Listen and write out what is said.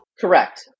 Correct